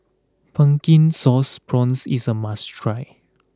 Pumpkin Sauce Prawns is a must try